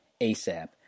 ASAP